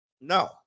No